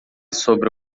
sobre